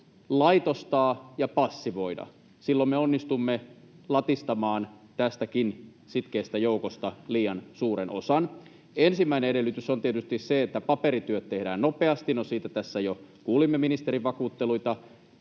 laitostaa ja passivoida. Silloin me onnistumme latistamaan tästäkin sitkeästä joukosta liian suuren osan. Ensimmäinen edellytys on tietysti se, että paperityöt tehdään nopeasti — no siitä tässä jo kuulimme ministerin vakuutteluita